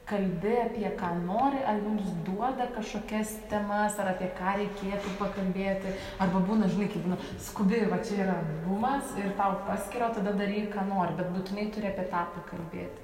kalbi apie ką nori ar jums duoda kažkokias temas ar apie ką reikėtų pakalbėti arba būna žinai kaip būna skubiai va čia yra bumas ir tau paskiria o tada daryk ką nori bet būtinai turi apie tą pakalbėti